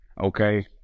okay